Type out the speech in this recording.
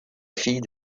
fille